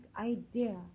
idea